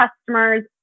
customers